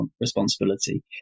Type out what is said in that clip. responsibility